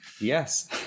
Yes